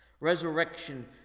Resurrection